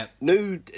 new